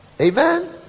Amen